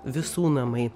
visų namai